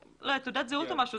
תעודת זהות או משהו.